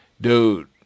dude